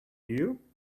you